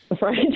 Right